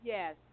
Yes